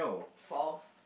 false